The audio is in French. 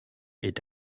est